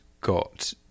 got